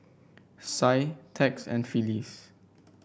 Sie Tex and Phyliss